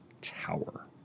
Tower